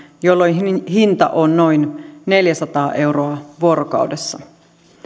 jolloin hinta on noin neljäsataa euroa vuorokaudessa